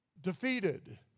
defeated